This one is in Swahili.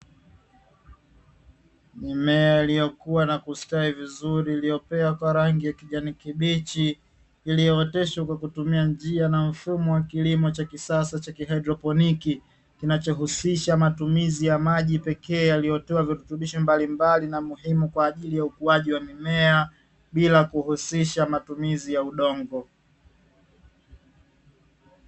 Mimea iliyokuwa na kustawi vizuri, iliyopea kwa rangi ya kijani kibichi, iliyooteshwa kwa kutumia njia na mfumo wa kilimo cha kisasa cha kihydropniki, kinachohusisha matumizi ya maji pekee yaliyotiwa virutubisho mbalimbali na muhimu kwa ajili ya ukuaji wa mimea bila kuhusisha matumizi ya udongo.